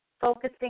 focusing